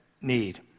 need